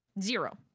Zero